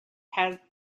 had